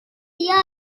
نیاز